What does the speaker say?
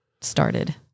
started